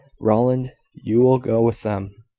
rowland, you will go with them.